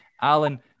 Alan